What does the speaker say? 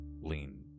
lean